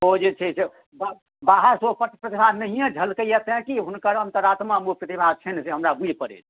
ओ जे छै से बाहर बाहरसँ ओ प्रतिभा नहिए झलकैए तैँ की हुनकर अन्तरात्मामे प्रतिभा छनि से हमरा बुझि पड़ैए